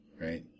right